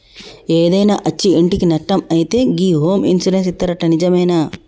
ఏదైనా అచ్చి ఇంటికి నట్టం అయితే గి హోమ్ ఇన్సూరెన్స్ ఇత్తరట నిజమేనా